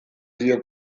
dio